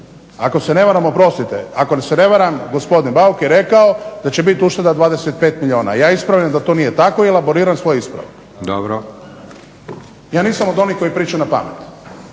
Ako se ne varam, oprostite, ako se ne varam gospodin Bauk je rekao da će biti ušteda 25 milijuna. Ja ispravljam da to nije tako i elaboriram svoj ispravak. …/Upadica Leko: Dobro./… Ja nisam od onih koji pričaju na pamet.